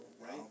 Right